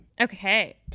Okay